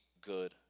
good